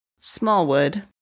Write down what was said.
Smallwood